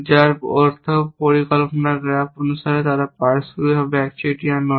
যার অর্থ পরিকল্পনা গ্রাফ অনুসারে তারা পারস্পরিকভাবে একচেটিয়া নয়